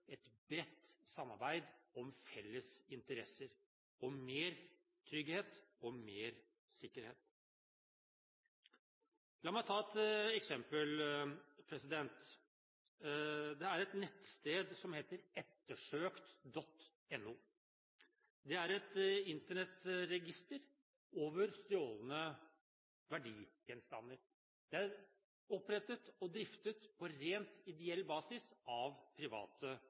et bredt samarbeid om felles interesser – om mer trygghet og mer sikkerhet. La meg ta et eksempel. Det er et nettsted som heter ettersokt.no. Det er et Internett-register over stjålne verdigjenstander. Det er opprettet og driftet på rent ideell basis av